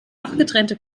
abgetrennte